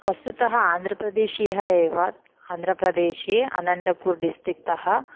वस्तुतः आन्ध्रप्रदेशीयः एव आन्ध्रप्रदेशे अनन्दपुर् डिश्ट्रिक्ट् तः